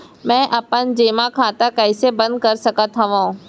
मै अपन जेमा खाता कइसे बन्द कर सकत हओं?